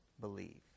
believe